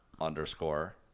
underscore